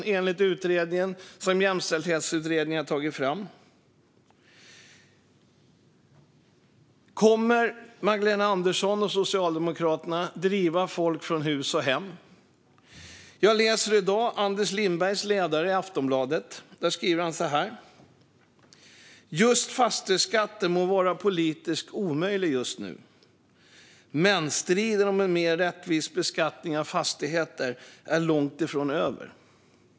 Det är enligt de förslag som Jämställdhetsutredningen har tagit fram. Kommer Magdalena Andersson och Socialdemokraterna att driva folk från hus och hem? Jag läser i dag Anders Lindbergs ledare i Aftonbladet. Där skriver han: "Just fastighetsskatten må vara politiskt omöjlig just nu, men striden om en mer rättvis beskattning av fastigheter är långt ifrån över."